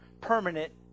permanent